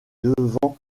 devant